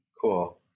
Cool